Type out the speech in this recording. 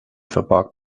verbarg